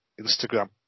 Instagram